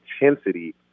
intensity